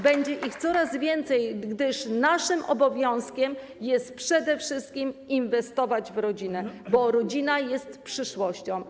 Będzie ich coraz więcej, gdyż naszym obowiązkiem jest przede wszystkim inwestować w rodzinę, bo rodzina jest przyszłością.